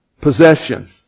possession